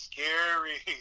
Scary